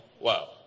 Wow